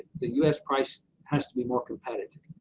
the u s. price has to be more competitive.